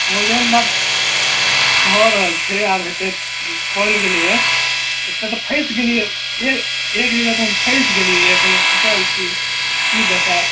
भोजन भात भए रहल छै आब हेतै बनि गेलैए एतए तऽ फसि गेलिऐ एक जगह तऽ हम फसि गेलिऐ कनी फसल छी की बताएब